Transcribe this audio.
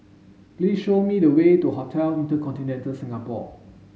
please show me the way to Hotel InterContinental Singapore